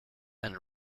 and